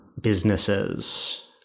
businesses